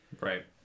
Right